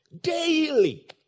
daily